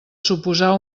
suposar